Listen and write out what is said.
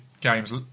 games